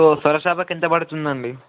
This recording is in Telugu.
సో సొరచాపకి ఎంత పడుతుందండి